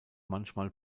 manchmal